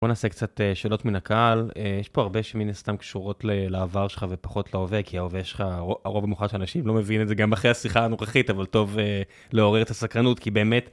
בוא נעשה קצת שאלות מן הקהל, יש פה הרבה שמין הסתם קשורות לעבר שלך ופחות להווה, כי ההווה שך, הרוב המחולט של אנשים לא מבין את זה גם אחרי השיחה הנוכחית, אבל טוב לעורר את הסקרנות, כי באמת...